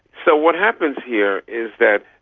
so what happens here is that,